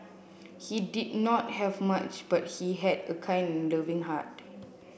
he did not have much but he had a kind loving heart